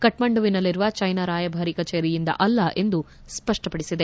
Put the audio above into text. ಕಕ್ಕಂಡುವಿನಲ್ಲಿರುವ China ರಾಯಭಾರಿ ಕಚೇರಿಯಿಂದ ಅಲ್ಲ ಎಂದು ಸ್ಪಷ್ಟಪಡಿಸಿದೆ